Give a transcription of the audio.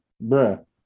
bro